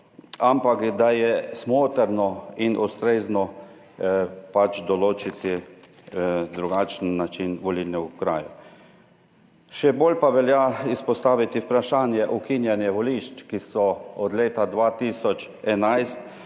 ampak da je smotrno in ustrezno pač določiti drugačen način volilne okraje. Še bolj pa velja izpostaviti vprašanje ukinjanja volišč, ki so, od leta 2011